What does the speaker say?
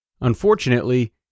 Unfortunately